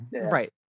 Right